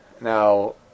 Now